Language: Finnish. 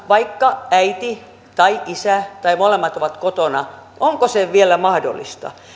vaikka äiti tai isä tai molemmat ovat kotona onko se vielä mahdollista